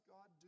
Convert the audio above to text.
God